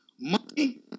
money